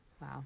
Wow